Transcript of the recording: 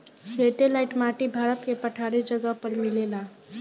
satellite माटी भारत के पठारी जगह पर मिलेला